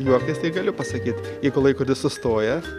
juoktis tai galiu pasakyti jeigu laikrodis sustojęs